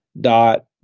Dot